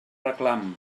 reclam